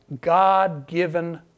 god-given